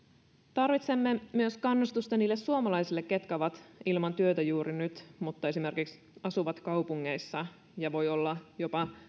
tarvitsemme myös kannustusta niille suomalaisille ketkä ovat juuri nyt ilman työtä mutta esimerkiksi asuvat kaupungeissa ja joilla voi olla jopa